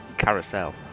carousel